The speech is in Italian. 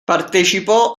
partecipò